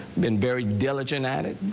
been very diligent and